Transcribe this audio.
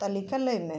ᱛᱟᱹᱞᱤᱠᱟ ᱞᱟᱹᱭ ᱢᱮ